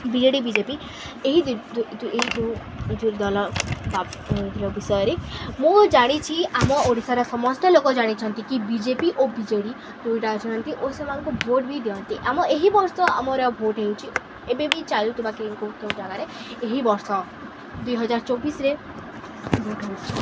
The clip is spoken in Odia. ବି J D B J P ଏହି ଏହି ଯୋ ଏ ଯୋ ଦଳ ବିଷୟରେ ମୁଁ ଜାଣିଛି ଆମ ଓଡ଼ିଶାର ସମସ୍ତେ ଲୋକ ଜାଣିଛନ୍ତି କି ବି ଜେ ପି ଓ ବି ଜେ ଡ଼ି ଦୁଇଟା ଅଛନ୍ତି ଓ ସେମାନଙ୍କୁ ଭୋଟ ବି ଦିଅନ୍ତି ଆମ ଏହି ବର୍ଷ ଆମର ଭୋଟ ହେଉଛି ଏବେ ବି ଚାଲୁଥିବା କି କେଉଁ କେଉଁ ଜାଗାରେ ଏହି ବର୍ଷ ଦୁଇହଜାର ଚବିଶରେ ଭୋଟ ହେଉ